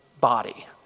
body